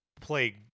play